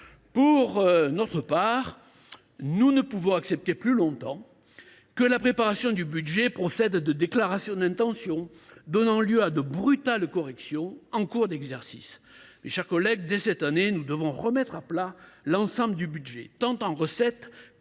Pour notre part, nous ne pouvons accepter plus longtemps que la préparation du budget procède de déclarations d’intention donnant lieu à de brutales corrections en cours d’exercice. Mes chers collègues, dès cette année, nous devons remettre à plat l’ensemble du budget, tant en recettes